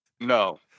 No